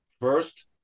first